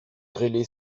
grêlé